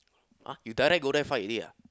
!huh! you direct go there fight already ah